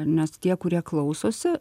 nes tie kurie klausosi